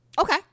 Okay